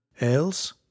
Else